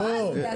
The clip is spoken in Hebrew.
מה גם שהנפח גדל.